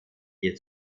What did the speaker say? hier